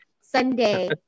Sunday